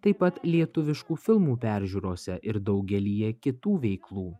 taip pat lietuviškų filmų peržiūrose ir daugelyje kitų veiklų